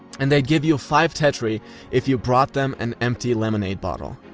and they'd give you five tetri if you brought them an empty lemonade bottle.